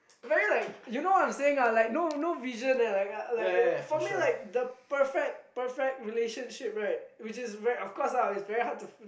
very like you know what I'm saying lah like no no vision leh for me like the perfect perfect relationship right which is of course lah it's very hard to